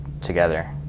together